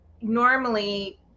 normally